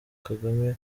kagame